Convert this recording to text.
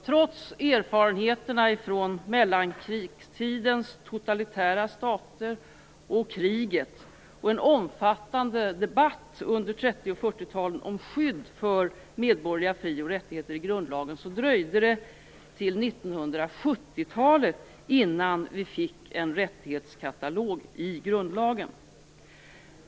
Trots erfarenheterna från mellankrigstidens totalitära stater och kriget, och trots en omfattande debatt under 30 och 40-talen om skydd för medborgerliga fri och rättigheter i grundlagen, dröjde det till 1970-talet innan vi fick en rättighetskatalog i grundlagen.